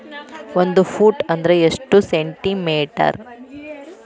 ಒಂದು ಫೂಟ್ ಅಂದ್ರ ಎಷ್ಟು ಸೆಂಟಿ ಮೇಟರ್?